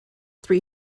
three